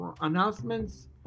announcements